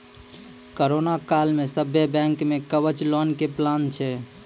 corona काल मे सभ्भे बैंक मे कवच लोन के प्लान छै